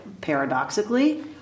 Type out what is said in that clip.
paradoxically